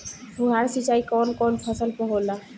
फुहार सिंचाई कवन कवन फ़सल पर होला?